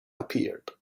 appeared